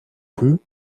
peu